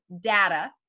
data